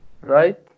right